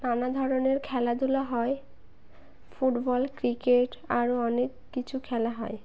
নানা ধরনের খেলাধুলা হয় ফুটবল ক্রিকেট আরও অনেক কিছু খেলা হয়